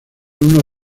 uno